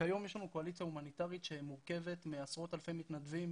כיום יש לנו קואליציה הומניטרית שמורכבת מעשרות אלפי מתנדבים,